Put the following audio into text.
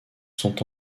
sont